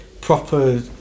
proper